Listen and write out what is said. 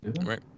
Right